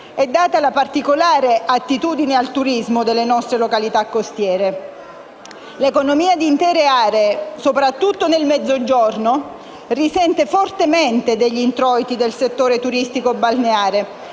e data la particolare attitudine al turismo delle nostre località costiere. L'economia di intere aree, soprattutto nel Mezzogiorno, risente fortemente degli introiti del settore turistico-balneare,